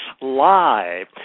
live